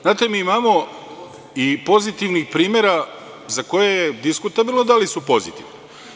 Znate, mi imamo i pozitivnih primera za koje je diskutabilno da li su pozitivni.